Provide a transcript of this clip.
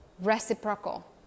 reciprocal